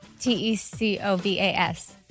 T-E-C-O-V-A-S